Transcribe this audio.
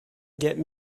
get